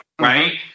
right